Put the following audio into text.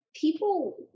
People